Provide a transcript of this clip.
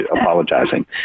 apologizing